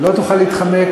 לא תוכל להתחמק.